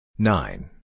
Nine